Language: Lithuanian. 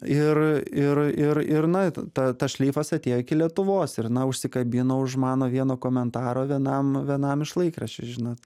ir ir ir ir na ta tas šleifas atėjo iki lietuvos ir na užsikabino už mano vieno komentaro vienam vienam iš laikraščių žinot